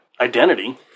identity